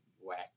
whack